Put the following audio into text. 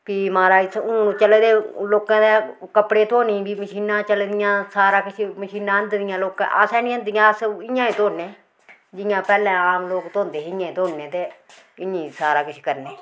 फ्ही महाराज़ हून चले दे लोकें दे कपड़े धोनी बी मशीनां चली दियां सारा किश मशीनां आंदी दियां लोकें असें नी आंदियां अस इ'यां ई धोनें जियां पैह्लें आम लोक धोंदे हे इयां ई धोनें ते इ'यां ई सारा किश करने